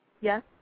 Yes